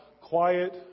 quiet